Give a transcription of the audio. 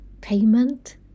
Payment